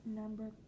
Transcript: number